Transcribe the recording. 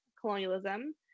colonialism